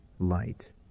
Light